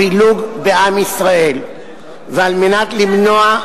פילוג בעם ישראל ועל מנת למנוע,